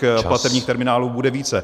... platebních terminálů bude více.